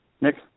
Nick